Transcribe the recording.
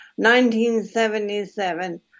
1977